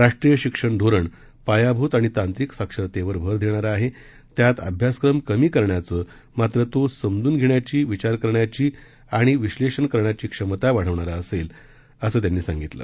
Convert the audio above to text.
राष्ट्रीय शिक्षण धोरण पायाभूत आणि तांत्रिक साक्षरतेवर भर देणारं आहे त्यात अभ्यासक्रम कमी करण्याचं मात्र तो समजून घेण्याची विचार करण्याची आणि विश्लेषण करण्याची क्षमता वाढवणारा असेलं असं त्यांनी सांगितलं